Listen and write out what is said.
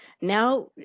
Now